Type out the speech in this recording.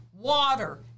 water